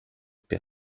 più